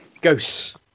Ghosts